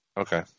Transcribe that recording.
Okay